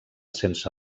sense